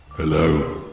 Hello